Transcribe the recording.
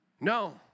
No